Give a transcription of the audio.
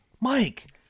Mike